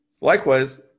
Likewise